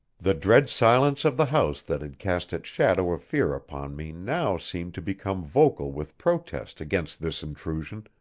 the dread silence of the house that had cast its shadow of fear upon me now seemed to become vocal with protest against this intrusion,